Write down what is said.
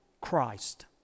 Christ